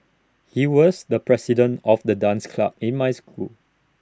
he was the president of the dance club in my school